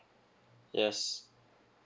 yes